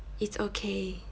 it's okay